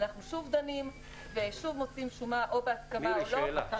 אנחנו שוב דנים ושוב מוציאים שומה או בהסכמה או לא.